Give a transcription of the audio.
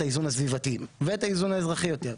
האיזון הסביבתי ואת האיזון האזרחי יותר.